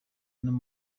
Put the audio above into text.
n’u